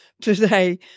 today